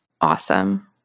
Awesome